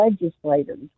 legislators